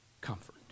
Comfort